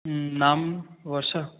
नाम वर्षा